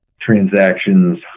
transactions